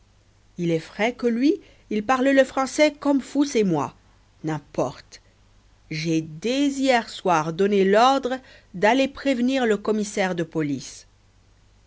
il est vrai que lui il parle le français comme vous et moi n'importe j'ai dès hier soir donné l'ordre d'aller prévenir le commissaire de police